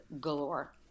galore